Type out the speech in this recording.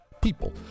people